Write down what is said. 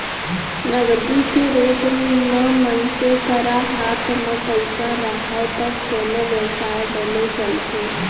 नगदी के रुप म मनसे करा हात म पइसा राहय तब कोनो बेवसाय बने चलथे